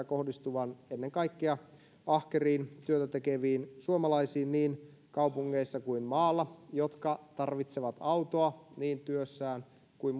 kohdistuvan ennen kaikkea ahkeriin työtä tekeviin suomalaisiin niin kaupungeissa kuin maalla jotka tarvitsevat autoa niin työssään kuin